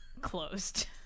closed